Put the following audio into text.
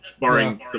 barring